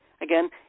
Again